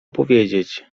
powiedzieć